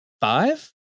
Five